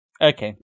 Okay